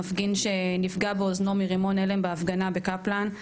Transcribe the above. מפגין שנפגע באוזנו מרימון הלם בהפגנה בקפלן.